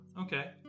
Okay